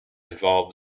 involve